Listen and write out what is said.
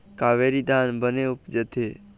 कावेरी धान बने उपजथे?